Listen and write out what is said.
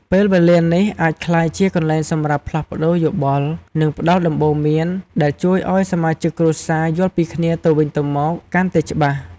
ពេលវេលានេះអាចក្លាយជាកន្លែងសម្រាប់ផ្លាស់ប្តូរយោបល់ និងផ្តល់ដំបូន្មាន ដែលជួយឱ្យសមាជិកគ្រួសារយល់ពីគ្នាទៅវិញទៅមកកាន់តែច្បាស់។